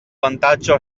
vantaggio